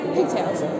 Pigtails